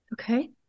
Okay